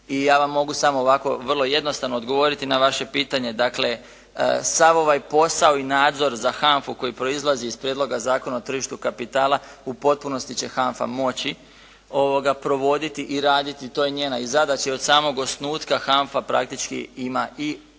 i ja vam mogu samo ovako vrlo jednostavno odgovoriti na vaše pitanje. Dakle sav ovaj posao i nadzor za HANFA-u koji proizlazi iz Prijedloga zakona o tržištu kapitala u potpunosti će HANFA moći provoditi i raditi. To je njena i zadaća i od samog osnutka HANFA praktički ima i, ovdje